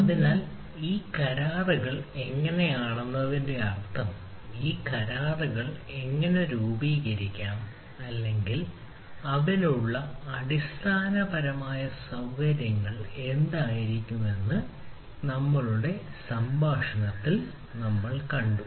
അതിനാൽ ഈ കരാറുകൾ എങ്ങനെയാണെന്നതിന്റെ അർത്ഥം ഈ കരാറുകൾ എങ്ങനെ രൂപീകരിക്കാം അല്ലെങ്കിൽ അതിനുള്ള അടിസ്ഥാനപരമായ അടിസ്ഥാന സൌകര്യങ്ങൾ എന്തായിരിക്കുമെന്ന് നമ്മളുടെ SLA സംഭാഷണത്തിൽ നമ്മൾ കണ്ടു